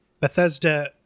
Bethesda